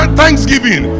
thanksgiving